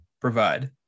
provide